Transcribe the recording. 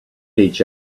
each